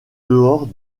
dehors